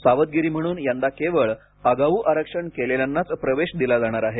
सावधगिरी म्हणून यंदा केवळ आगाऊ आरक्षण केलेल्यांनाच प्रवेश दिला जाणार आहे